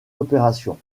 opérations